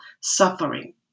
suffering